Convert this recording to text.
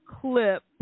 clip